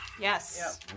Yes